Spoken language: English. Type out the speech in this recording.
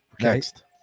Next